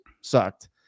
sucked